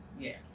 Yes